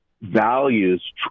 values